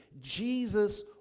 jesus